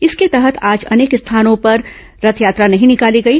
इसके तहत आज अनेक स्थानों में रथयात्रा नहीं निकाली गई